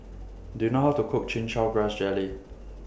Do YOU know How to Cook Chin Chow Grass Jelly